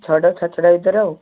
ଛଅଟା ସାଢ଼େ ଛଅଟା ଭିତରେ ଆଉ